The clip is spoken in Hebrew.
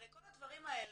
הרי כל הדברים האלה,